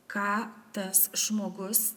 ką tas žmogus